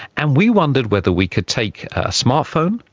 and we wondered whether we could take a smartphone,